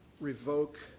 revoke